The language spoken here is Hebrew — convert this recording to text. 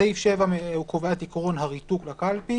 סעיף 7 קובע את עיקרון הריתוק לקלפי.